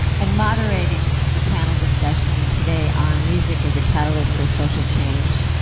and moderateing the panel discussion today on music as a catalyst for social change